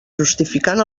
justificant